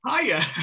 Hiya